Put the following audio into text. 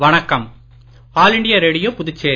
வணக்கம் all India Radio Puducherry